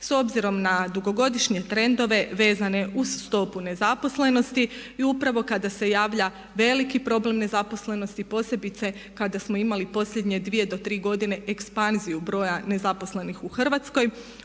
s obzirom na dugogodišnje trendove vezane uz stopu nezaposlenosti i upravo kada se javlja veliki problem nezaposlenosti posebice kada samo imali posljednje dvije do tri godine ekspanziju broja nezaposlenih u Hrvatskoj